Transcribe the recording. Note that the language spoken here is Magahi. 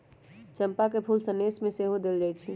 चंपा के फूल सनेश में सेहो देल जाइ छइ